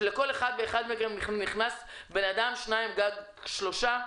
שאליהן נכנסים מקסימום שניים-שלושה אנשים.